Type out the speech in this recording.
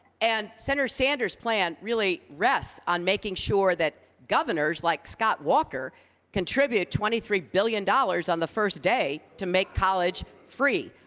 and senator sanders's plan really rests on making sure that governors like scott walker contribute twenty three billion dollars on the first day to make college free.